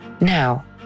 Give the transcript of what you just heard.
Now